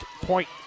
Point